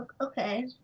Okay